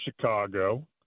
Chicago